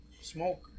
smoke